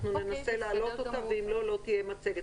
אנחנו ננסה להעלות אותה ואם לא, לא תהיה מצגת.